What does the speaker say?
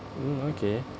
mm okay